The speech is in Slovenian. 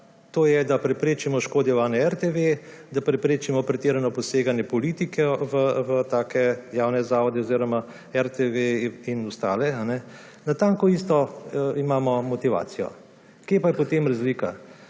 To je, da preprečimo škodovanje RTV, da preprečimo pretirano poseganje politike v take javne zavode oziroma RTV in ostale. Natanko isto motivacijo imamo. Kje pa je potem razlika?